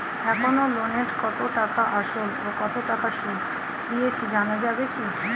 এখনো লোনের কত টাকা আসল ও কত টাকা সুদ দিয়েছি জানা যাবে কি?